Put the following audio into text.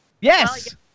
Yes